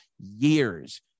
years